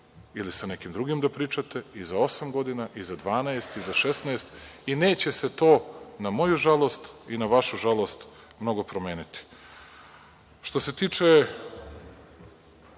ili sa nekim drugim da pričate, i za osam godina i za dvanaest i za šesnaest i neće se to, na moju žalost i na vašu žalost, mnogo promeniti. Što se tiče